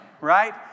Right